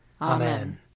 Amen